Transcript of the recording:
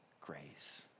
grace